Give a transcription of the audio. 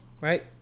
right